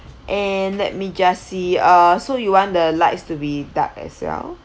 and let me just see uh so you want the lights to be dark as well